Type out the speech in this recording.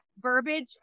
verbiage